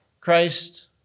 Christ